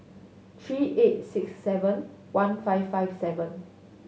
three eight six seven one five five seven